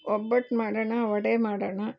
ಒಬ್ಬಟ್ಟು ಮಾಡೋಣ ವಡೆ ಮಾಡೋಣ